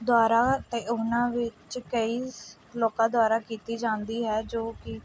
ਦੁਆਰਾ ਅਤੇ ਉਹਨਾਂ ਵਿੱਚ ਕਈ ਸ ਲੋਕਾਂ ਦੁਆਰਾ ਕੀਤੀ ਜਾਂਦੀ ਹੈ ਜੋ ਕਿ